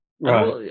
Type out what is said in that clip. Right